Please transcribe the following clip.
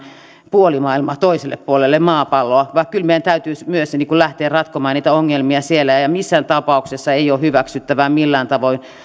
puoli maailmaa toiselle puolelle maapalloa vaan kyllä meidän täytyisi myös lähteä ratkomaan niitä ongelmia siellä missään tapauksessa ei ole hyväksyttävää millään tavoin